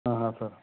ಹಾಂ ಹಾಂ ಸರ್